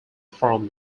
from